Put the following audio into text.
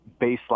baseline